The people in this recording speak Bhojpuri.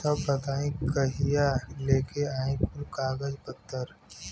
तब बताई कहिया लेके आई कुल कागज पतर?